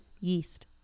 Yeast